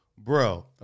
Bro